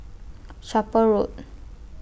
Chapel Road